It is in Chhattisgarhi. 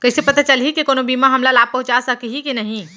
कइसे पता चलही के कोनो बीमा हमला लाभ पहूँचा सकही के नही